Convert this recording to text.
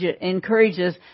encourages